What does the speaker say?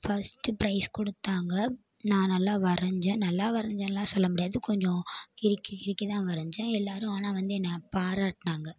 first prize கொடுத்தாங்க நான் நல்லா வரைஞ்சேன் நல்லா வரைஞ்சேன்லா சொல்ல முடியாது கொஞ்சம் கிறுக்கி கிறுக்கி தான் வரைஞ்சேன் எல்லாரும் ஆனால் வந்து என்னை பாராட்டினாங்க